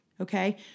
okay